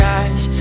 eyes